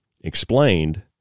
explained